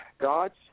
God's